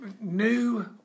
new